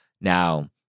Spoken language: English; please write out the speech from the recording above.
Now